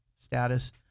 status